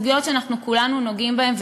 הם דיברו על סוגיות שאנחנו כולנו נוגעים בהן,